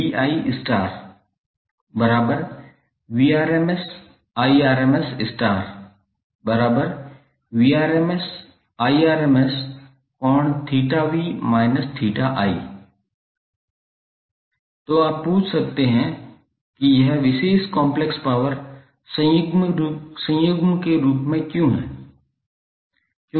𝑺12𝑽𝑰∠𝜃𝑣−𝜃𝑖 तो आप पूछ सकते हैं कि यह विशेष कॉम्प्लेक्स पावर संयुग्म के रूप में क्यों है